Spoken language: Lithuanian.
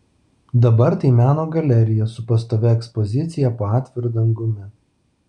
dabar tai meno galerija su pastovia ekspozicija po atviru dangumi